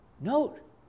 note